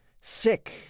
sick